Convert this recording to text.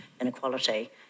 inequality